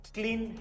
clean